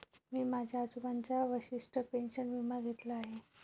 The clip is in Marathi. मी माझ्या आजोबांचा वशिष्ठ पेन्शन विमा घेतला आहे